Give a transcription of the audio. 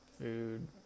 food